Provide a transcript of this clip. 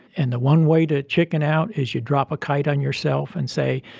and the one way to chicken out is you drop a kite on yourself and say,